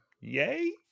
Yay